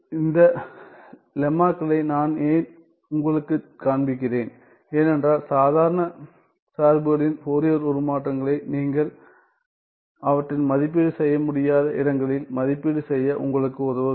இந்த லெம்மாக்களை நான் ஏன் உங்களுக்குக் காண்பிக்கிறேன் ஏனென்றால் சாதாரணமான சார்புகளின் ஃபோரியர் உருமாற்றங்களை நீங்கள் அவற்றை மதிப்பீடு செய்ய முடியாத இடங்களில் மதிப்பீடு செய்ய உங்களுக்கு உதவ வேண்டும்